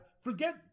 Forget